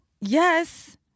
yes